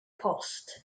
post